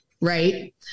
Right